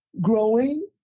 growing